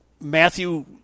Matthew